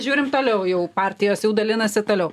žiūrim toliau jau partijos jau dalinasi toliau